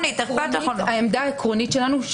העמדה העקרונית שלנו,